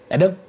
Adam